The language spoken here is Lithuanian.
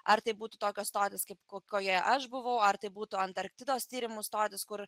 ar tai būtų tokia stotis kaip kokioje aš buvau ar tai būtų antarktidos tyrimų stotis kur